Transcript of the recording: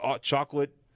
Chocolate